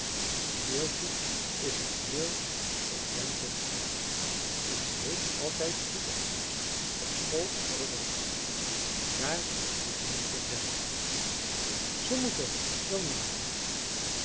meeltje is een heel ordentelijk meisje en ze heeft altijd goed opgepast op school en overal daar moet je niets van zeggen ze moeten dan nu maar mee